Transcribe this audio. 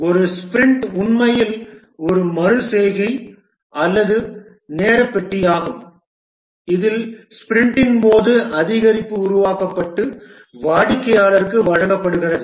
ஒரு ஸ்பிரிண்ட் உண்மையில் ஒரு மறு செய்கை அல்லது நேர பெட்டியாகும் இதில் ஸ்பிரிண்டின் போது அதிகரிப்பு உருவாக்கப்பட்டு வாடிக்கையாளருக்கு வழங்கப்படுகிறது